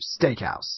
Steakhouse